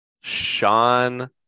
Sean